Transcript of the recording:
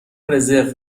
رزرو